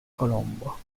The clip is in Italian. colombo